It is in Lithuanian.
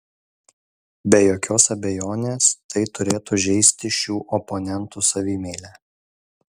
be jokios abejonės tai turėtų žeisti šių oponentų savimeilę